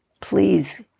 Please